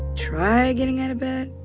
try getting out of bed?